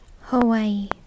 Hawaii